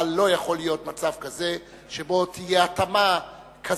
אבל לא יכול להיות מצב כזה שבו תהיה התאמה כזאת